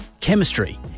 Chemistry